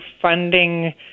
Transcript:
funding